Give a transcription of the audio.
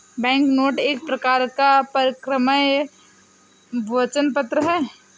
banknote एक प्रकार का परक्राम्य वचन पत्र है